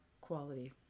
quality